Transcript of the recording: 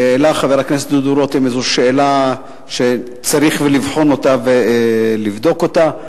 העלה חבר הכנסת דוד רותם איזו שאלה שצריך לבחון אותה ולבדוק אותה,